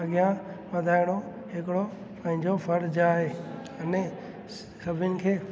अॻियां वधाइणो हिकिड़ो पंहिंजो फ़र्ज़ आहे अने सभिनि खे